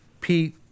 Pete